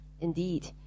Indeed